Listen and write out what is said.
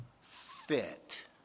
fit